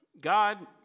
God